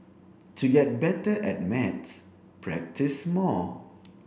to get better at maths practise more